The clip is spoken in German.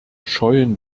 scheuen